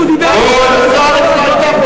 אז אני לא מאשים אתכם.